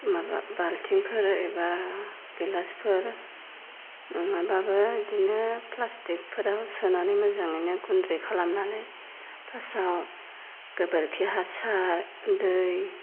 माबा बालथिंफोर एबा गिलासफोर माबाबो इदिनो प्लासटिकफोराव सोनानै मोजाङैनो गुन्द्रि खालामनानै फार्स्टआव गोबोरखि हासार दै